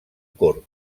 corb